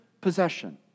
possession